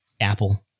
Apple